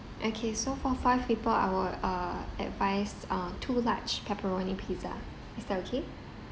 okay so for five people I would uh advise uh two large pepperoni pizza is that okay